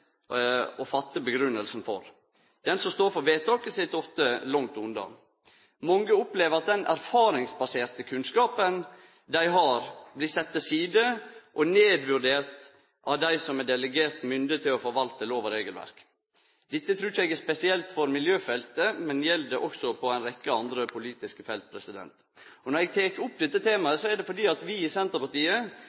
å fatte grunngjevinga for. Den som står for vedtaket, sit ofte langt unna. Mange opplever at den erfaringsbaserte kunnskapen dei har, blir sett til side og nedvurdert av dei som er delegert mynde til å forvalte lov- og regelverk. Dette trur eg ikkje er spesielt for miljøfeltet, men også på ei rekkje andre politiske felt. Når eg tek opp dette temaet, er det fordi vi i Senterpartiet